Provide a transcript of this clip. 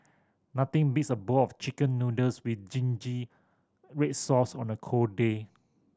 nothing beats a bowl of Chicken Noodles with zingy red sauce on a cold day